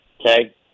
okay